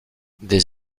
des